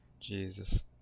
Jesus